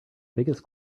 biggest